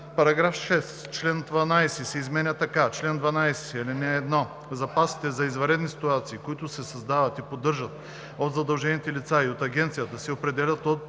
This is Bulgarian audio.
§ 6: „§ 6. Член 12 се изменя така: „Чл. 12. (1) Запасите за извънредни ситуации, които се създават и поддържат от задължените лица и от агенцията, се определят от